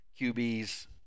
QBs